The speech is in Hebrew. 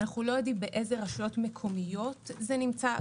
אנחנו לא יודעים באלו רשויות מקומיות זה נמצא,